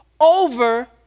over